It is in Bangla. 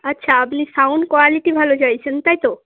আচ্ছা আপনি সাউন্ড কোয়ালিটি ভালো চাইছেন তাই তো